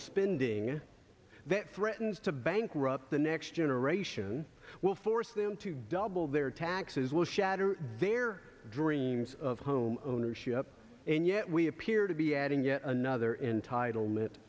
spending that threatens to bankrupt the next generation will force them to double their taxes will shatter their dreams of home ownership and yet we appear to be adding yet another in title